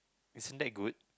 isn't that good